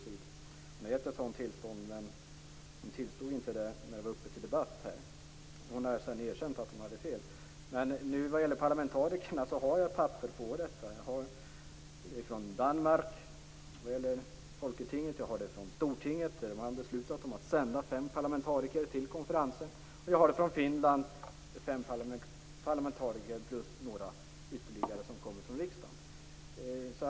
Hon hade givit ett sådant tillstånd, men hon tillstod det inte när frågan var uppe till debatt. Hon har sedan erkänt att hon hade fel. Jag har papper på det jag sade om parlamentarikerna. Jag har papper från Danmark - det gäller Folketinget. Jag har papper från Stortinget. Där har man beslutat om att sända fem parlamentariker till konferensen. Jag har papper från Finland, som sänder fem parlamentariker och ytterligare några från Riksdagen.